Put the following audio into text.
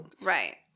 Right